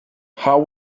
how